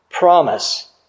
promise